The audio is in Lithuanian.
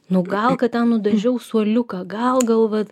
nu gal kad ten nudažiau suoliuką gal gal vat